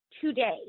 today